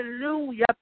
Hallelujah